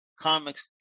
comics